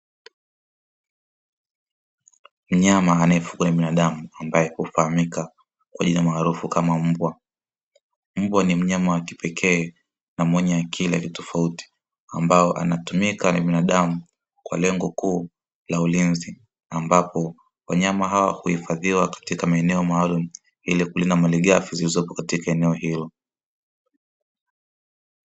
Mnyama anayefukuza binadamu ambaye hufahamika kwa jina maarufu kama mbwa, mbwa ni mnyama wa kipekee na mwenye akili alitofauti ambao anatumika ni binadamu ambapo wanyama hawa huhifadhiwa katika maeneo maalumu ili kulinda malighafi zilizopo katika eneo hilo.